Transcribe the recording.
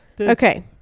Okay